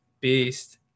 beast